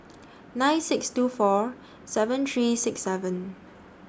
nine six two four seven three six seven